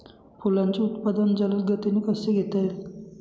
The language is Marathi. फुलांचे उत्पादन जलद गतीने कसे घेता येईल?